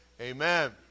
amen